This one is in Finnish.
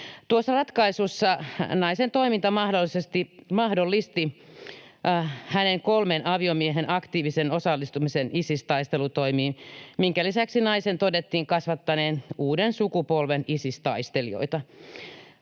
Tuossa ratkaisussa naisen toiminta mahdollisti hänen kolmen aviomiehensä aktiivisen osallistumisen Isis-taistelutoimiin, minkä lisäksi naisen todettiin kasvattaneen uuden sukupolven Isis-taistelijoita.